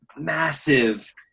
massive